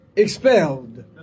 expelled